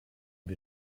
wir